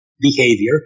behavior